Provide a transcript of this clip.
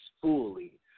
fully